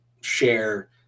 share